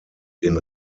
den